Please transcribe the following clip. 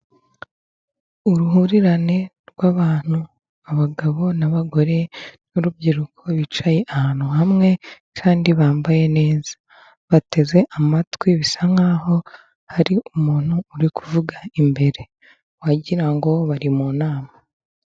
Uruhurirane rw'abantu abagabo n'abagore n'urubyiruko bicaye ahantu hamwe kandi bambaye neza, bateze amatwi bisa nkaho hari umuntu uri kuvuga imbere wagira ngo bari mu nama.